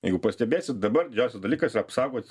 jeigu pastebėsit dabar didžiausias dalykas yra apsaugoti